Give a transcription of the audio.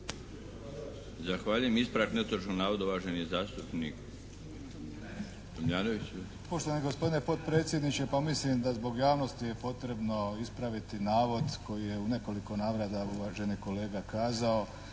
Tomljanović. **Tomljanović, Emil (HDZ)** Poštovani gospodine potpredsjedniče, pa mislim da zbog javnosti je potrebno ispraviti navod koji je u nekoliko navrata uvaženi kolega kazao